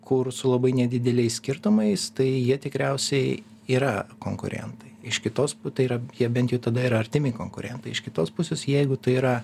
kur su labai nedideliais skirtumais tai jie tikriausiai yra konkurentai iš kitos tai yra jie bent jau tada yra artimi konkurentai iš kitos pusės jeigu tai yra